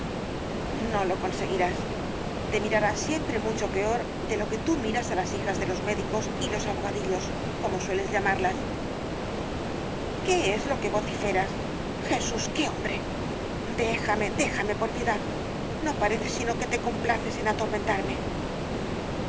no lo conseguirás te mirarán siempre mucho peor de lo que tú miras á las hijas de los médicos y los abogadillos como sueles llamarlas qué es lo que vociferas jesús que hombre déjame déjame por piedad no parece sino que te complaces en atormentarme y